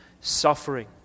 suffering